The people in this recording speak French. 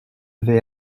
vais